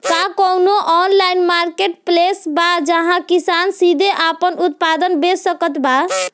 का कउनों online marketplace बा जहां किसान सीधे आपन उत्पाद बेच सकत बा?